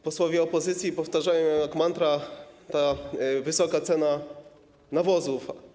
Posłowie opozycji powtarzają jak mantrę: wysoka cena nawozów.